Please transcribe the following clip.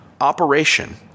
operation